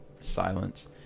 silence